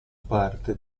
parte